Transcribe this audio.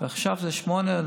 רצח נשים.